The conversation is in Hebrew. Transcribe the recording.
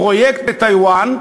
פרויקט בטייוואן שנקרא: